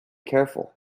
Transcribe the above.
careful